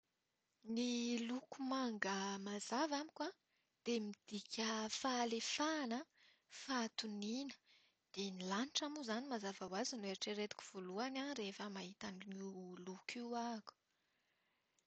Ny loko manga mazava amiko dia midika fahalefahana, fahatoniana. Dia ny lanitra moa izany mazava ho azy no eritreretiko voalohany rehefa mahita an'io loko io ahako.